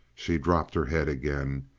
she dropped her head again,